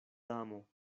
damo